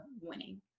winning